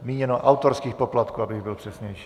Míněno autorských poplatků, abych byl přesnější.